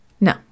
No